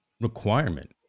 requirement